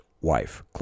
wife